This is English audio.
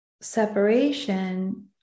separation